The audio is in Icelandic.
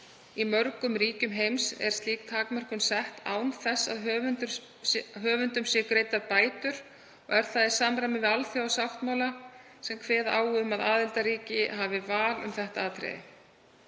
Í mörgum ríkjum heims er slík takmörkun sett án þess að höfundum séu greiddar bætur og er það í samræmi við alþjóðasáttmála sem kveða á um að aðildarríki hafi val um þetta atriði.